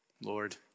Lord